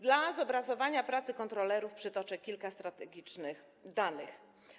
Dla zobrazowania pracy kontrolerów przytoczę kilka strategicznych danych.